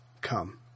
come